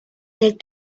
that